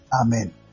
Amen